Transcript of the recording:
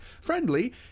friendly